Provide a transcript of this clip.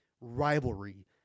rivalry